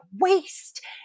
waste